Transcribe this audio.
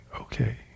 okay